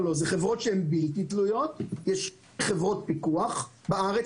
זה חברות שהן בלתי תלויות, יש חברות פיקוח בארץ.